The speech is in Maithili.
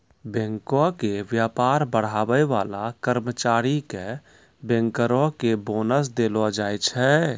बैंको के व्यापार बढ़ाबै बाला कर्मचारी के बैंकरो के बोनस देलो जाय छै